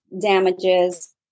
damages